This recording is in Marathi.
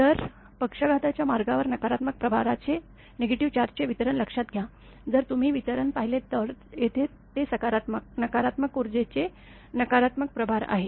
तर पक्षाघाताच्या मार्गावर नकारात्मक प्रभाराचे वितरण लक्षात घ्या जर तुम्ही वितरण पाहिले तर येथे ते सकारात्मक नकारात्मक ऊर्जेचे नकारात्मक प्रभार आहे